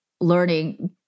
learning